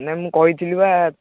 ନାଇ ମୁଁ କହିଥିଲି ବା